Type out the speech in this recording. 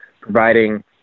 providing